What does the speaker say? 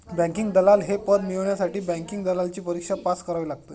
banking दलाल हे पद मिळवण्यासाठी बँकिंग दलालची परीक्षा पास करावी लागते